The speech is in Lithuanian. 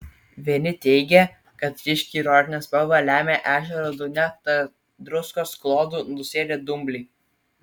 vieni teigė kad ryškiai rožinę spalvą lemia ežero dugne tarp druskos klodų nusėdę dumbliai